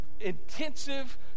intensive